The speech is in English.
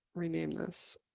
rename this.